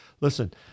Listen